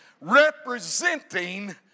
representing